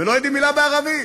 ולא יודעים מילה בערבית.